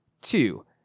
two